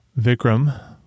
Vikram